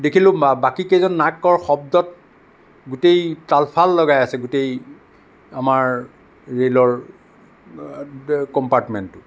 দেখিলোঁ বাকীকেইজনৰ নাকৰ শব্দত গোটেই তাল ফাল লগাই আছে গোটেই আমাৰ ৰে'লৰ কম্পাৰ্টমেণ্টটো